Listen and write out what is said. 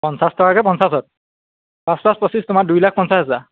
পঞ্চাছ টকাকৈ পঞ্চাছত পাঁচ পাঁচ পঁচিছ তোমাৰ দুই লাখ পঞ্চাছ হাজাৰ